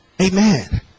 Amen